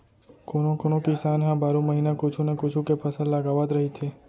कोनो कोनो किसान ह बारो महिना कुछू न कुछू के फसल लगावत रहिथे